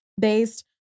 based